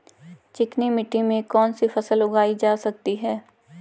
चिकनी मिट्टी में कौन सी फसल उगाई जा सकती है?